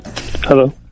Hello